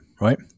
right